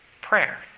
Prayer